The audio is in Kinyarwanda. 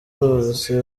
bose